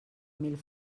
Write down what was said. mil